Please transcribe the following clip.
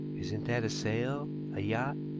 isn't that a sail a yacht?